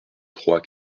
trois